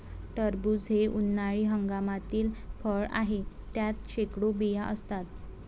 टरबूज हे उन्हाळी हंगामातील फळ आहे, त्यात शेकडो बिया असतात